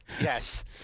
yes